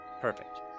Perfect